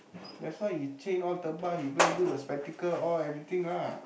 that's why you chain all you go and do the spectacle all everything lah